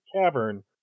cavern